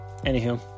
anywho